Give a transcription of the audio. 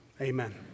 amen